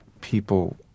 people